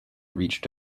reached